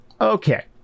Okay